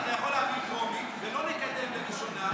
אתה יכול להעביר בטרומית ולא לקדם לראשונה,